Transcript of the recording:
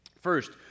first